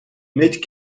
mid